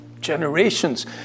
generations